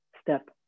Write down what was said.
Step